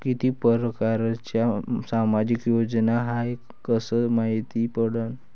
कितीक परकारच्या सामाजिक योजना हाय कस मायती पडन?